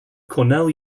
cornell